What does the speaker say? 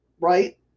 Right